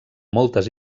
moltes